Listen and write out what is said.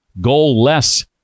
goal-less